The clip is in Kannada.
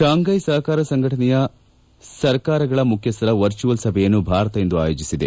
ಶಾಂಘೈ ಸಹಕಾರ ಸಂಘಟನೆಯ ಸರ್ಕಾರಗಳ ಮುಖ್ಯಸ್ಥರ ವರ್ಚುವಲ್ ಸಭೆಯನ್ನು ಭಾರತ ಇಂದು ಆಯೋಜಿಸಿದೆ